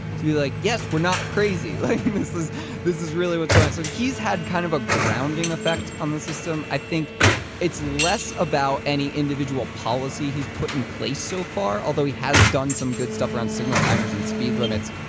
to be like, yes, we're not crazy like this this is really what's going on. so he's had kind of a grounding effect on the system, i think it's less about any individual policy he's put in place so far, although he has done some good stuff around signal timers and speed limits,